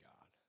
God